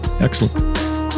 excellent